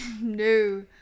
no